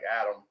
Adam